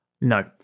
No